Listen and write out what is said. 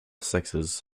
sexes